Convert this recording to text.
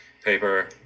paper